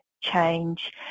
change